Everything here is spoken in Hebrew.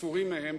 ספורים מהם,